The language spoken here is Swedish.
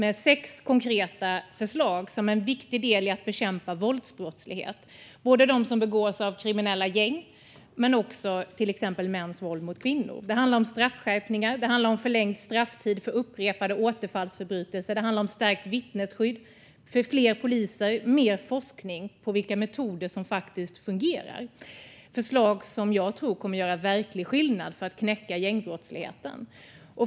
Initiativet innehåller sex konkreta förslag som en viktig del i att bekämpa våldsbrottslighet, både de som begås av kriminella gäng och mäns våld mot kvinnor. Det handlar om straffskärpningar, förlängd strafftid för upprepade återfallsförbrytelser, stärkt vittnesskydd, fler poliser och mer forskning på vilka metoder som faktiskt fungerar. Det är förslag som jag tror kommer att göra verklig skillnad för att knäcka gängbrottsligheten.